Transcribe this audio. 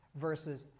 versus